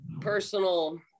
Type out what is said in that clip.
personal